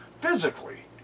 physically